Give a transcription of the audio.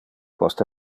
post